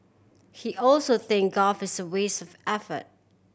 he also think golf is a waste of effort